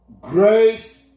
grace